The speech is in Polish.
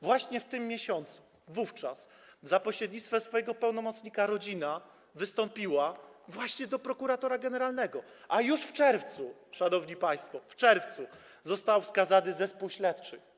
Właśnie też w tym miesiącu za pośrednictwem swojego pełnomocnika rodzina wystąpiła do prokuratora generalnego, a już w czerwcu, szanowni państwo - w czerwcu - został wskazany zespół śledczy.